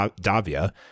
Davia